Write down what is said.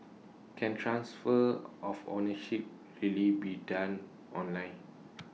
can transfer of ownership really be done online